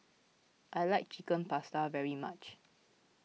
I like Chicken Pasta very much